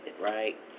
right